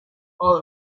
all